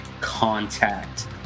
contact